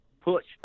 push